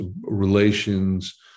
relations